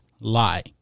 lie